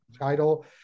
title